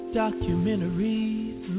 documentaries